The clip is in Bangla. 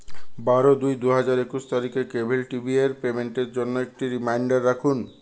বারো দুই দু হাজার একুশ তারিখে কেবল টিভি এর পেমেন্টের জন্য একটি রিমাইন্ডার রাখুন